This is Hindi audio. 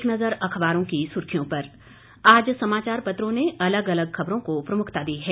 एक नज़र अखबारों की सुर्खियों पर आज समाचार पत्रों ने अलग अलग खबरों को प्रमुखता दी है